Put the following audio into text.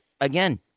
again